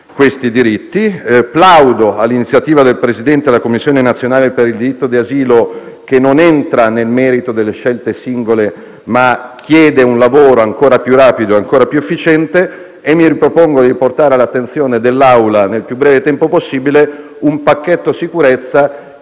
questi diritti. Plaudo all'iniziativa del presidente della Commissione nazionale per il diritto di asilo, che non entra nel merito delle scelte singole ma chiede un lavoro ancora più rapido e ancora più efficiente, e mi ripropongo di portare all'attenzione dell'Assemblea, nel più breve tempo possibile, un pacchetto sicurezza